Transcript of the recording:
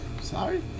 sorry